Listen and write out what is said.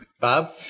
Bob